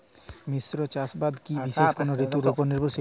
মিশ্র চাষাবাদ কি বিশেষ কোনো ঋতুর ওপর নির্ভরশীল?